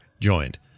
joined